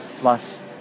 plus